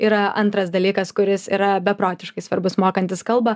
yra antras dalykas kuris yra beprotiškai svarbus mokantis kalbą